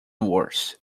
worse